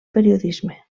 periodisme